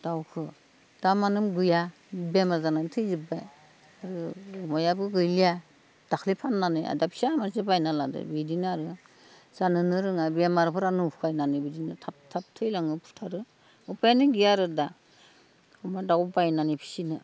दाउखौ दामआनो गैया बेमार जाना थैजोबबाय अमायाबो गैलिया दाख्लै फाननानै आरो दा फिसा मासे बायना लाबोदो बिदिनो आरो जानोनो रोङा बेमारफोरानो फायनानै बिदिनो थाब थाब थैलाङो फुथारो उपायानो गैया आरो दा दाउ बायनानै फिसिनो